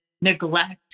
neglect